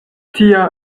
tia